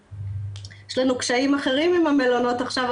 יש לנו קשיים אחרים עם המלונות עכשיו,